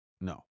no